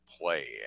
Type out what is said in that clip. play